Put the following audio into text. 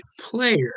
player